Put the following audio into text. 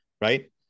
Right